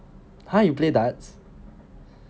!huh! you play darts